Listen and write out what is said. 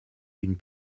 d’une